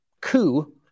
coup